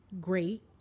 Great